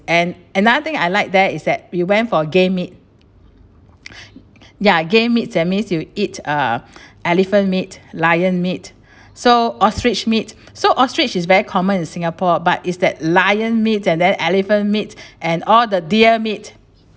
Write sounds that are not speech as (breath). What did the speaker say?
and another thing I like there is that we went for game meat (breath) ya game meat that's mean you eat uh elephant meat lion meat so ostrich meat so ostrich is very common in singapore but is that lion meat and then elephant meat and all the deer meat